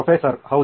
professor ಹೌದು